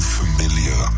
familiar